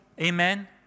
Amen